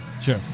Sure